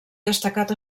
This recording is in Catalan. destacat